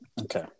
okay